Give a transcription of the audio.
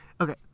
Okay